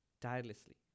tirelessly